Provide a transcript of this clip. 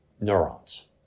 neurons